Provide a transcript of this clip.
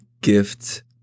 gift